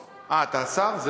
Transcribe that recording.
אה, אתה השר?